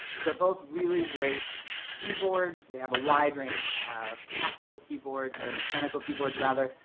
so both really great keyboards, they have a wide range to have tactile keyboards or mechanical keyboards rather.